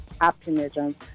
optimism